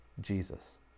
Jesus